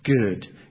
good